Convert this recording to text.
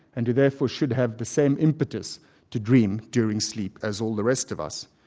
and therefore should have the same impetus to dream during sleep as all the rest of us,